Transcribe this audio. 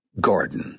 garden